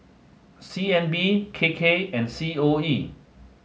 C N B K K and C O E